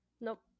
nope